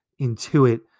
intuit